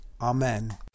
Amen